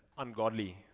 ungodly